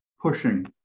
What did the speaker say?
pushing